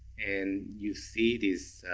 and you see this